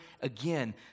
again